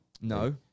No